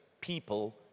people